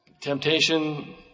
temptation